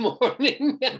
morning